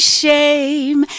shame